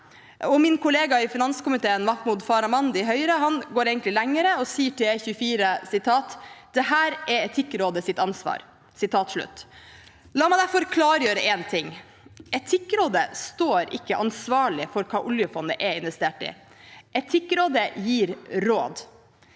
Min kollega i finanskomiteen, Mahmoud Farahmand i Høyre, går egentlig lenger – og sier til E24: «Dette er Etikkrådets ansvar.» La meg derfor klargjøre én ting: Etikkrådet står ikke ansvarlig for hva oljefondet er investert i. Etikkrådet gir råd.